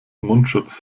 mundschutz